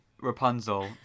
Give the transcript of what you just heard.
Rapunzel